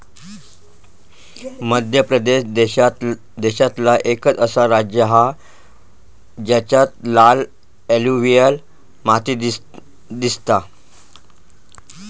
मध्य प्रदेश देशांतला एकंच असा राज्य हा जेच्यात लाल एलुवियल माती दिसता